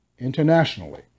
Internationally